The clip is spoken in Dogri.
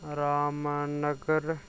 रामनगर